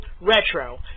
Retro